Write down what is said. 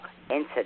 incident